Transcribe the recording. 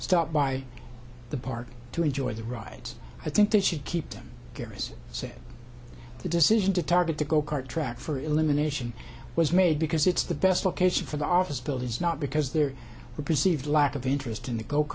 stop by the park to enjoy the rides i think that should keep them carriers said the decision to target to go kart track for elimination was made because it's the best location for the office buildings not because there were perceived lack of interest in the go